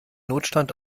notstand